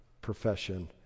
profession